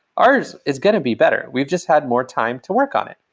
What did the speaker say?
ours is going to be better. we've just had more time to work on it,